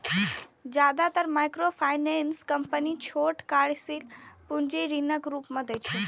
जादेतर microfinance company छोट कार्यशील पूंजी ऋणक रूप मे दै छै